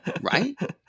Right